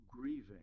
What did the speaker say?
grieving